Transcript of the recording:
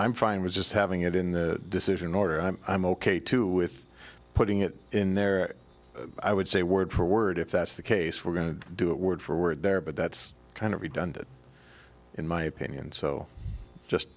i'm fine with just having it in the decision order i'm i'm ok too with putting it in there i would say word for word if that's the case we're going to do it word for word there but that's kind of redundant in my opinion so just